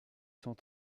cent